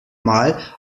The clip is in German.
mal